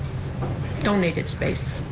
donated space,